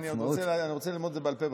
אני רוצה ללמוד את זה בעל פה בסוף.